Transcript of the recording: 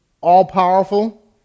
all-powerful